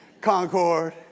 Concord